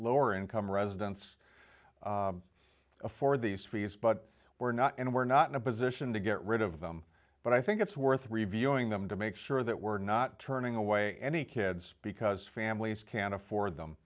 lower income residents afford these fees but we're not and we're not in a position to get rid of them but i think it's worth reviewing them to make sure that we're not turning away any kids because families can't afford them